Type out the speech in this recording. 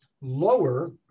lower